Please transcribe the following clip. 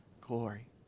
glory